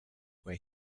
where